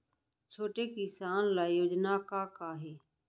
छोटे किसान ल योजना का का हे?